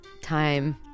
time